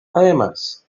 además